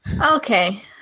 Okay